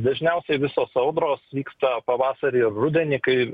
dažniausiai visos audros vyksta pavasarį rudenį kai